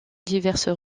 diverses